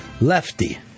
Lefty